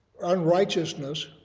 unrighteousness